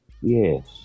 Yes